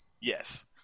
Yes